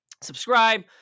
Subscribe